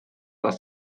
les